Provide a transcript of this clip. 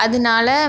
அதனால